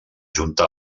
junta